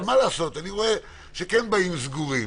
אבל מה לעשות, אני רואה שכן באים סגורים.